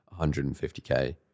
150k